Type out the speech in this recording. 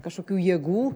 kažkokių jėgų